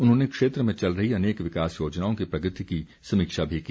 उन्होंने क्षेत्र में चल रही अनेक विकास योजनाओं की प्रगति की समीक्षा भी की